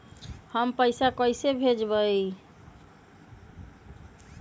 हम पैसा कईसे भेजबई?